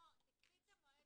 קחי את מועד